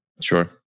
Sure